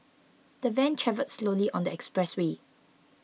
the van travelled slowly on the expressway